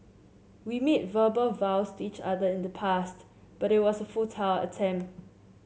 we made verbal vows to each other in the past but it was a attempt